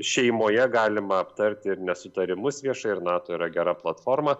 šeimoje galima aptarti ir nesutarimus viešai ir nato yra gera platforma